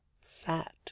sat